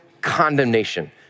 condemnation